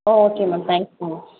ah okay ma'am thanks ma'am